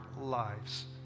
lives